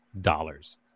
dollars